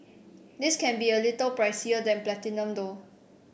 this can be a little pricier than Platinum though